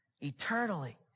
Eternally